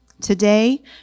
Today